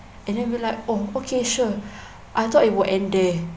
and then we were like oh okay sure I thought it would end there